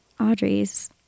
Audrey's